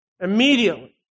Immediately